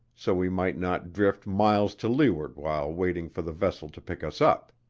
so we might not drift miles to loo'ard while waiting for the vessel to pick us up.